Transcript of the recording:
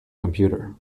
computer